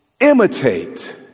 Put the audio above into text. imitate